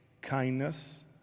kindness